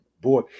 Boy